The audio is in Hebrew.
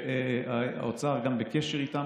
והאוצר גם בקשר איתם.